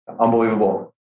Unbelievable